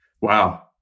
Wow